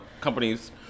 companies